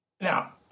Now